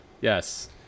Yes